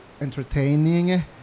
entertaining